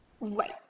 Right